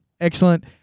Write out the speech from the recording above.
Excellent